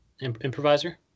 improviser